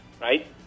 right